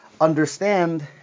understand